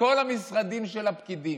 לכל המשרדים של הפקידים.